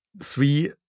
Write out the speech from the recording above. three